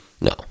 No